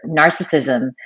narcissism